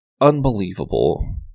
unbelievable